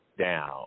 down